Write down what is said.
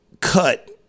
cut